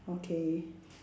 okay